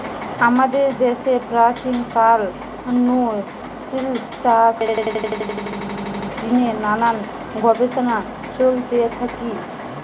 আমাদের দ্যাশে প্রাচীন কাল নু সিল্ক চাষ হতিছে এবং এর জিনে নানান গবেষণা চলতে থাকি